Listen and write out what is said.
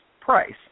price